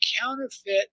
counterfeit